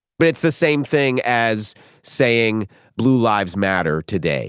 but it's the same thing as saying blue lives matter today